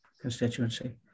constituency